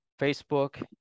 Facebook